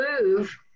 move